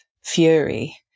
fury